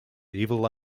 evil